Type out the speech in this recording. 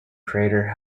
crater